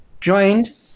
joined